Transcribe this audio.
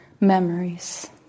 memories